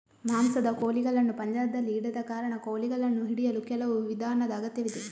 ಮಾಂಸದ ಕೋಳಿಗಳನ್ನು ಪಂಜರದಲ್ಲಿ ಇಡದ ಕಾರಣ, ಕೋಳಿಗಳನ್ನು ಹಿಡಿಯಲು ಕೆಲವು ವಿಧಾನದ ಅಗತ್ಯವಿದೆ